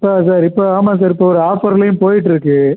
sir இப்போ ஆமாம் sir இப்போ ஒரு ஆஃபர்லையும் போயிகிட்ருக்கு